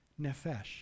nefesh